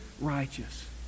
righteous